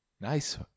Nice